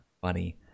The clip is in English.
funny